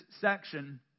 section